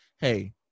Hey